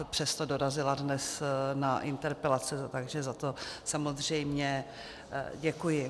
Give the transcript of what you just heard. Přesto dorazila dnes na interpelace, takže za to samozřejmě děkuji.